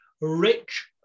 Rich